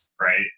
right